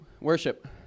Worship